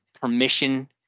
permission